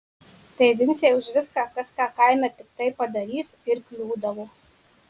tai vincei už viską kas ką kaime tiktai padarys ir kliūdavo